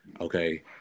okay